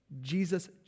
Jesus